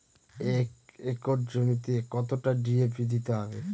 এক একর জমিতে কতটা ডি.এ.পি দিতে হবে?